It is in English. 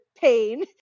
pain